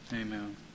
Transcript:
Amen